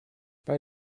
bei